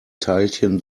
teilchen